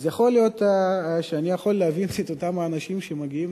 אז יכול להיות שאני יכול להבין את אותם האנשים שמגיעים,